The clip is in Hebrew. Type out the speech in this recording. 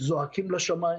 והם זועקים לשמיים.